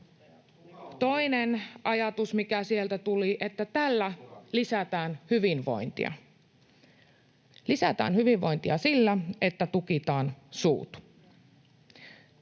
Toinen ajatus, mikä sieltä tuli, oli, että tällä lisätään hyvinvointia: lisätään hyvinvointia sillä, että tukitaan suut.